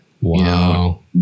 Wow